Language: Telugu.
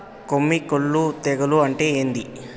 కొమ్మి కుల్లు తెగులు అంటే ఏంది?